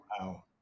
Wow